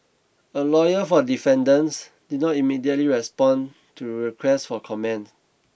a lawyer for the defendants did not immediately respond to requests for comment